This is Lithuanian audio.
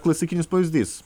klasikinis pavyzdys